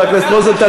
חבר הכנסת רוזנטל,